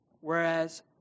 Whereas